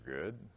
good